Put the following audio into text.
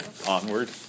onward